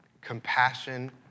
compassion